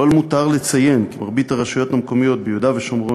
לא למותר לציין כי מרבית הרשויות המקומיות ביהודה ושומרון